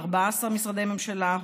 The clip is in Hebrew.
14 משרדי ממשלה,